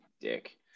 Dick